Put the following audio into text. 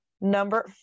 number